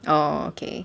oh okay